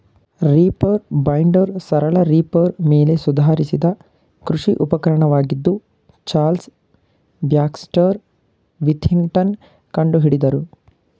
reaper binder ಸರಳ reaper ಮೇಲೆ ಸುಧಾರಿಸಿದ ಕೃಷಿ ಉಪಕರಣವಾಗಿದ್ದು ಚಾರ್ಲ್ಸ್ ಬ್ಯಾಕ್ಸ್ಟರ್ ವಿಥಿಂಗ್ಟನ್ ಕಂಡುಹಿಡಿದನು